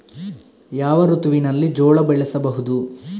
ಯಾವ ಋತುವಿನಲ್ಲಿ ಜೋಳ ಬೆಳೆಸಬಹುದು?